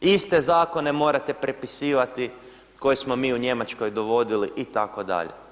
Iste zakone morate prepisivati koje smo mi u Njemačkoj dovodili itd.